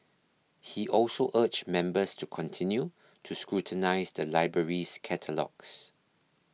he also urged members to continue to scrutinise the library's catalogues